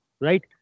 right